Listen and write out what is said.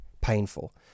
painful